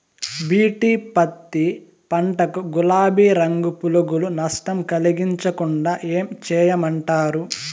BT పత్తి పంట కు, గులాబీ రంగు పులుగులు నష్టం కలిగించకుండా ఏం చేయమంటారు?